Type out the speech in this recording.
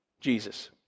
Jesus